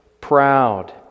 proud